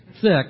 thick